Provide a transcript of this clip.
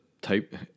type